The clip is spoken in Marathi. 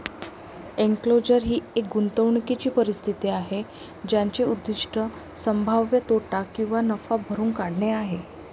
एन्क्लोजर ही एक गुंतवणूकीची परिस्थिती आहे ज्याचे उद्दीष्ट संभाव्य तोटा किंवा नफा भरून काढणे आहे